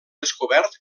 descobert